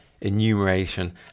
enumeration